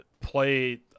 play